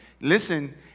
Listen